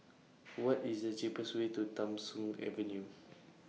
What IS The cheapest Way to Tham Soong Avenue